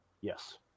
Yes